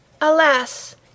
Alas